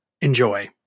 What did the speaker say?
Enjoy